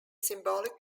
symbolic